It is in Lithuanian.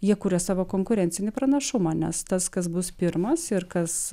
jie kuria savo konkurencinį pranašumą nes tas kas bus pirmas ir kas